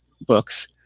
books